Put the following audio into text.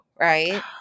Right